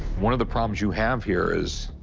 one of the problems you have here is,